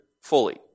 fully